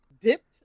dipped